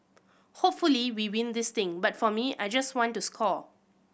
hopefully we win this thing but for me I just want to score